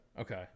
Okay